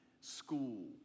school